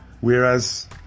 Whereas